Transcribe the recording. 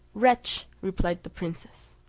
wretch, replied the princess,